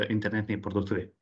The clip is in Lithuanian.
internetinėj parduotuvėj